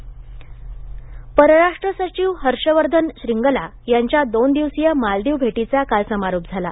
भारत मालदीव संबध परराष्ट्र सचिव हर्षवर्धन श्रीन्गला यांच्या दोन दिवसीय मालदीव भेटीचा काल समारोप झाला